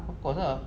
of course lah